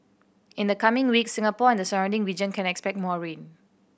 in the coming weeks Singapore and the surrounding region can expect more rain